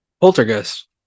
Poltergeist